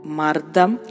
mardam